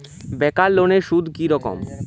বেকার লোনের সুদ কি রকম?